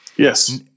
Yes